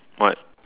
what